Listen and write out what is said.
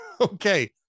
Okay